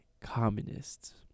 communists